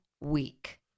week